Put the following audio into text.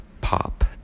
pop